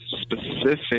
specific